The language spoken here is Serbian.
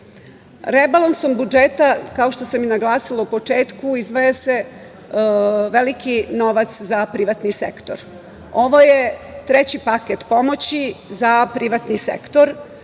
kurs. Rebalansom budžeta, kao što sam i naglasila, na početku, izdvaja se veliki novac za privatni sektor. Ovo je treći paket pomoći za privatni sektor.